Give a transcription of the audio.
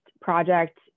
project